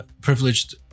privileged